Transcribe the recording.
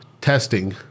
testing